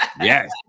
yes